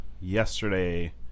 yesterday